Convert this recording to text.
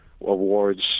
awards